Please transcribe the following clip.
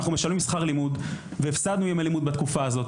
אנחנו משלמים שכר לימוד והפסדנו ימי לימוד בתקופה הזאת,